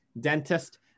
dentist